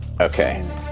Okay